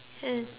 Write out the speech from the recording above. can